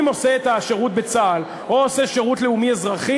אם הוא עושה את השירות בצה"ל או עושה שירות לאומי-אזרחי,